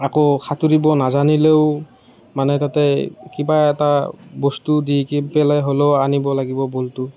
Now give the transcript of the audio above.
আকৌ সাঁতুৰিব নাজানিলেও মানে তাতে কিবা এটা বস্তু দি পেলাই হ'লেও আনিব লাগিব বলটো